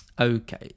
Okay